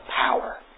power